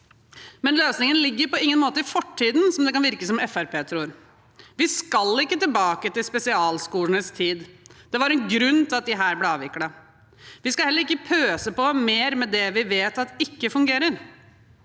Løsningen ligger på ingen måte i fortiden, som det kan virke som Fremskrittspartiet tror. Vi skal ikke tilbake til spesialskolenes tid. Det var en grunn til at de ble avviklet. Vi skal heller ikke pøse på med mer av det vi vet ikke fungerer.